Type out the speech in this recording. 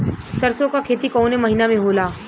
सरसों का खेती कवने महीना में होला?